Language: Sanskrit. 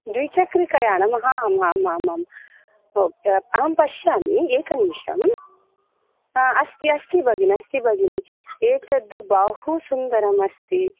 द्विचक्रिकायानम् आम् आमां ओ अहं पश्यामि एकनिमिषम् अ अस्ति अस्ति भगिनी अस्ति भगिनी एतत् बहुसुन्दरमस्ति